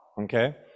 Okay